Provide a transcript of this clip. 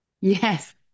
yes